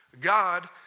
God